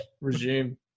Resume